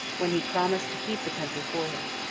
when he promised to keep the country for him.